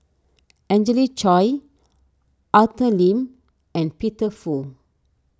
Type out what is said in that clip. Angelina Choy Arthur Lim and Peter Fu